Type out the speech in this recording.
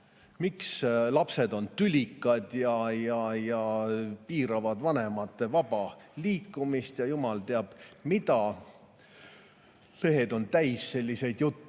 miks lapsed on tülikad ja piiravad vanemate vaba liikumist ja jumal teab mida. Lehed on täis selliseid jutte.